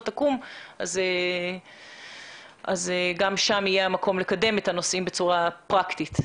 תקום - גם שם יהיה המקום לקדם את הנושאים בצורה פרקטית.